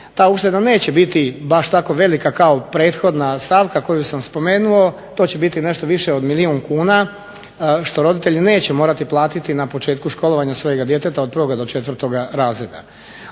Ta ušteda neće biti baš tako velika kao prethodna stavka koju sam spomenuo. To će biti nešto više od milijun kuna, što roditelji neće morati platiti na početku školovanja svog djeteta od 1. do 4. razreda.